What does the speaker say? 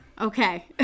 Okay